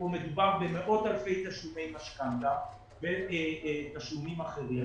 מדובר במאות אלפי תשלומי משכנתה ותשלומים אחרים